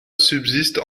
subsiste